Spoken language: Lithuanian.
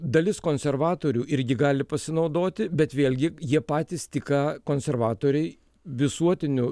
dalis konservatorių irgi gali pasinaudoti bet vėlgi jie patys tik ką konservatoriai visuotiniu